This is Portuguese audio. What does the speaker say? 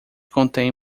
contém